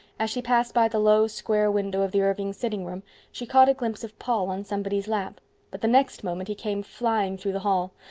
as she passed by the low, square window of the irving sitting room she caught a glimpse of paul on somebody's lap but the next moment he came flying through the hall.